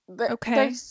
Okay